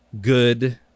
good